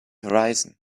horizon